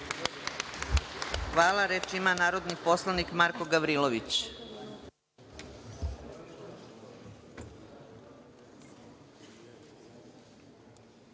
Hvala. Reč ima narodni poslanik Marko Gavrilović.